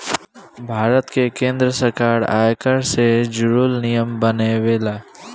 भारत में केंद्र सरकार आयकर से जुरल नियम बनावेला